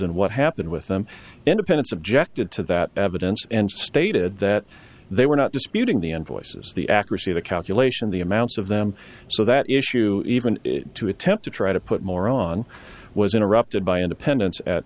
and what happened with them independents objected to that evidence and stated that they were not disputing the n voices the accuracy the calculation the amounts of them so that issue even to attempt to try to put more on was interrupted by independents at